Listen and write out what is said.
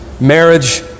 Marriage